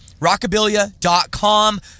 Rockabilia.com